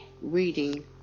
reading